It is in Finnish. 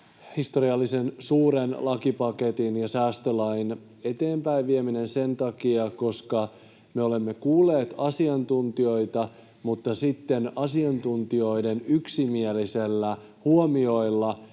historiallisen suuren lakipaketin ja säästölain eteenpäinvieminen sen takia, että me olemme kuulleet asiantuntijoita mutta sitten asiantuntijoiden yksimielisillä huomioilla